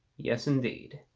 yes, indeed